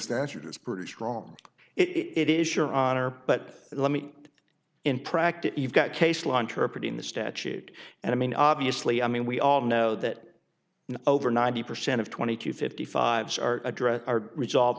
statute is pretty strong it is your honor but let me in practice you've got case law interpret in the statute and i mean obviously i mean we all know that over ninety percent of twenty to fifty five's are address are resolved